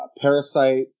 Parasite